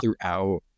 throughout